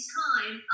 time